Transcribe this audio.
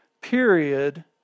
period